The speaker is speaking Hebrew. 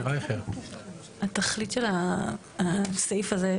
התכלית של הסעיף הזה,